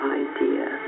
idea